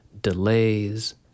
delays